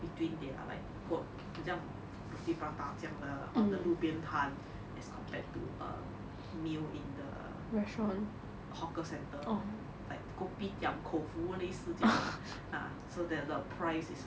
between their like quote 好像 like roti prata 这样的 on the 路边摊 as compared to a meal in the hawker centre like kopitiam koufu 类似这样的 ah so that the price is